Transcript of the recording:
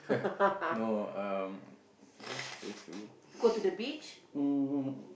no um where's a place to go um